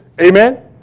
Amen